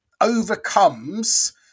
overcomes